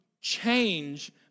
change